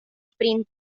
sprint